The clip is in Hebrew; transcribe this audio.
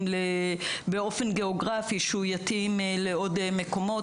באופן גיאוגרפי שהם יתאימו לעוד מקומות.